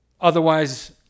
Otherwise